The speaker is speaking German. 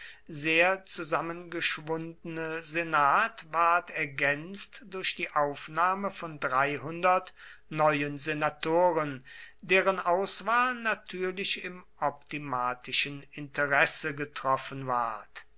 sehr zusammengeschwundene senat ward ergänzt durch die aufnahme von neuen senatoren deren auswahl natürlich im optimatischen interesse getroffen ward